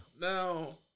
Now